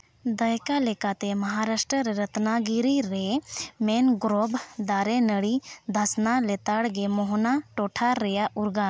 ᱫᱟᱹᱭᱠᱟᱹ ᱞᱮᱠᱟᱛᱮ ᱢᱚᱦᱟᱨᱟᱥᱴᱨᱚ ᱨᱚᱛᱱᱚ ᱜᱤᱨᱤ ᱨᱮ ᱢᱮᱱᱜᱨᱳᱵᱷ ᱫᱟᱨᱮ ᱱᱟᱹᱲᱤ ᱫᱷᱟᱥᱱᱟ ᱞᱮᱛᱟᱲ ᱜᱮ ᱢᱚᱦᱚᱱᱟ ᱴᱚᱴᱷᱟ ᱨᱮᱭᱟᱜ ᱩᱨᱜᱟᱱ